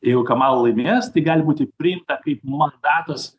jeigu kamala laimės tai gali būti priimta kaip mandatas